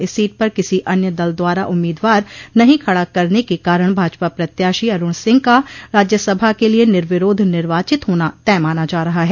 इस सीट पर किसी अन्य दल द्वारा उम्मीदवार नहीं खड़ा करने के कारण भाजपा प्रत्याशी अरूण सिंह का राज्यसभा के लिये निविरोध निर्वाचित होना तय माना जा रहा है